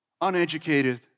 uneducated